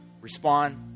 respond